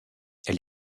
elle